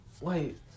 wait